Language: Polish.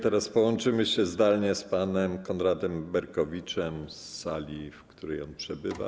Teraz połączymy się zdalnie z panem Konradem Berkowiczem z sali, w której on przebywa.